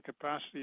capacity